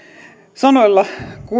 sanoilla